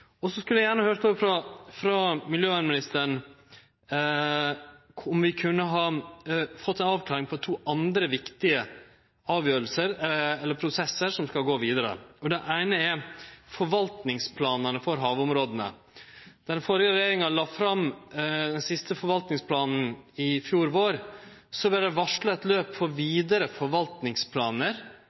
Så skulle eg gjerne høyrt frå klima- og miljøministeren om vi kunne ha fått ei avklaring på to andre viktige avgjerder eller prosesser som skal gå vidare: Den eine gjeld forvaltningsplanane for havområda. Den førre regjeringa la fram den siste forvaltningsplanen i fjor vår. Så vart det varsla eit løp for vidare forvaltningsplanar